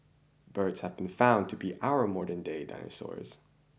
birds have been found to be our modernday dinosaurs